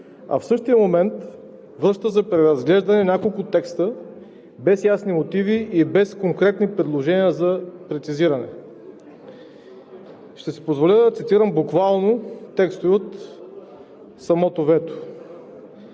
а в същия момент връща за преразглеждане няколко текста без ясни мотиви и без конкретни предложения за прецизиране. Ще си позволя да цитирам буквално текстове от самото вето: